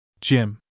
Jim